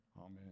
Amen